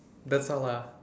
that's all ah